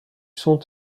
sont